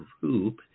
group